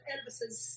Elvis's